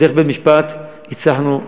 דרך בית-משפט הצלחנו,